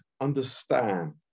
understand